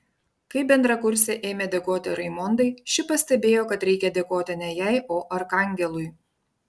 kai bendrakursė ėmė dėkoti raimondai ši pastebėjo kad reikia dėkoti ne jai o arkangelui